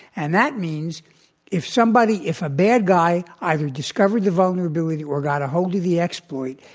and that means if somebody if a bad guy either discovered the vulnerability or got ahold of the exploit,